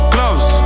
Gloves